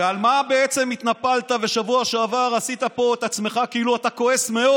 ועל מה בעצם התנפלת ובשבוע שעבר עשית פה את עצמך כאילו אתה כועס מאוד?